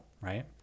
right